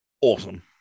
awesome